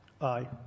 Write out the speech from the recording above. Aye